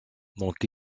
donc